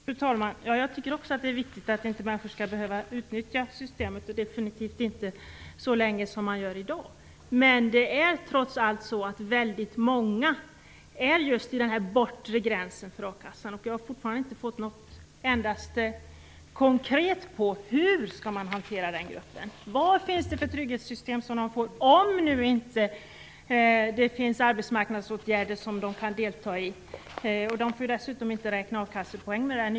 Fru talman! Ja, jag tycker också att det är viktigt att människor inte skall behöva utnyttja systemet, definitivt inte så länge som de gör i dag. Men väldigt många är trots allt vid den bortre gränsen för a-kassa. Jag har fortfarande inte fått något endaste konkret besked om hur man skall hantera den gruppen. Vad finns det för trygghetssystem för dem, om det inte finns arbetsmarknadsåtgärder som de kan delta i? Med den här nya modellen får de ju dessutom inte räkna a-kassepoäng.